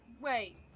wait